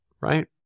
right